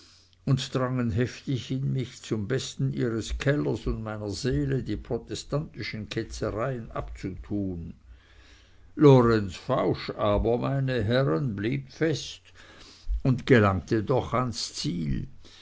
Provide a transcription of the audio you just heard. und drangen heftig in mich zum besten ihres kellers und meiner seele die protestantischen ketzereien abzutun lorenz fausch aber meine herren blieb fest und gelangte doch ans ziel